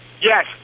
Yes